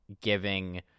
giving